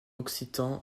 occitan